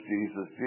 Jesus